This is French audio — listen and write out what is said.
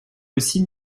aussi